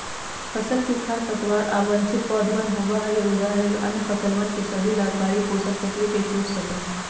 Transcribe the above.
फसल के खरपतवार अवांछित पौधवन होबा हई जो उगा हई और अन्य फसलवन के सभी लाभकारी पोषक तत्व के चूस सका हई